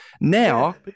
Now